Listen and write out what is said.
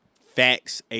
Facts